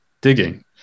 digging